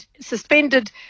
suspended